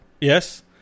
Yes